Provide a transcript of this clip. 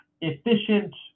efficient